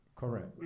Correct